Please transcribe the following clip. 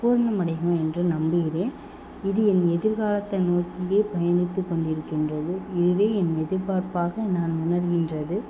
பூரணமடையும் என்று நம்புகிறேன் இது என் எதிர்காலத்தை நோக்கியே பயணித்து கொண்டிருக்கின்றது இதுவே என் எதிர்பார்ப்பாக நான் உணர்கின்றது